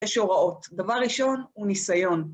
יש הוראות. דבר ראשון הוא ניסיון.